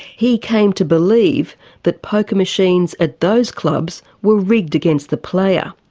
he came to believe that poker machines at those clubs were rigged against the player,